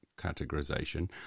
categorization